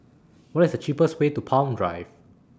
What IS The cheapest Way to Palm Drive